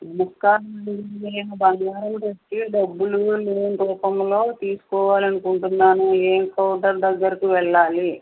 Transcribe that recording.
నమస్కారమండి నేను బంగారం పెట్టి డబ్బులు లోన్ రూపములో తీసుకోవాలని అనుకుంటున్నాను ఏ కౌంటర్ దగ్గరకు వెళ్ళాలి